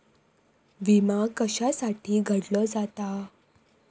विमा कशासाठी उघडलो जाता?